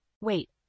Wait